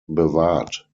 bewahrt